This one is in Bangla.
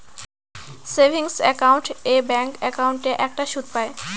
সেভিংস একাউন্ট এ ব্যাঙ্ক একাউন্টে একটা সুদ পাই